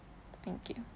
thank you